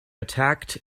attacked